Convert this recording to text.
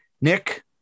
Nick